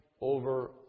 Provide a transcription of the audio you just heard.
over